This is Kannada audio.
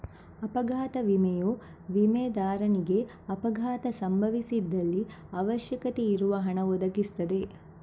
ಅಪಘಾತ ವಿಮೆಯು ವಿಮೆದಾರನಿಗೆ ಅಪಘಾತ ಸಂಭವಿಸಿದಲ್ಲಿ ಅವಶ್ಯಕತೆ ಇರುವ ಹಣ ಒದಗಿಸ್ತದೆ